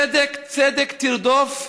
"צדק צדק תרדוף",